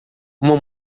uma